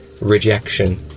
rejection